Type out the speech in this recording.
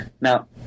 now